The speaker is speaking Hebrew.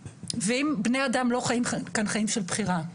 ואם בני אדם לא חיים כאן חיים של בחירה,